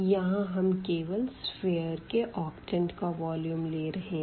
यहाँ हम केवल सफ़ेयर के ऑक्टेंट का वॉल्यूम ले रहे है